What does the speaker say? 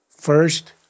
First